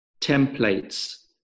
templates